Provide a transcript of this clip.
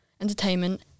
entertainment